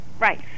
right